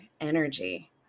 energy